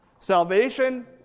Salvation